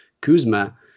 Kuzma